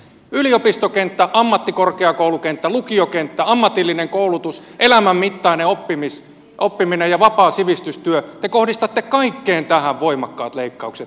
yliopistokenttä ammattikorkeakoulukenttä lukiokenttä ammatillinen koulutus elämän mittainen oppiminen ja vapaa sivistystyö te kohdistatte kaikkeen tähän voimakkaat leikkaukset